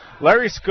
Larry